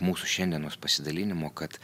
mūsų šiandienos pasidalinimo kad